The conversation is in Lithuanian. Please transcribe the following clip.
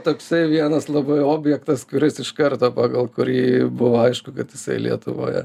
toksai vienas labai objektas kuris iš karto pagal kurį buvo aišku kad jisai lietuvoje